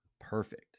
perfect